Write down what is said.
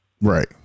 Right